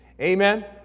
Amen